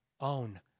own